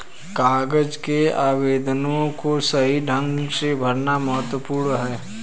कागज के आवेदनों को सही ढंग से भरना महत्वपूर्ण है